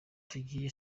tugiye